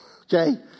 okay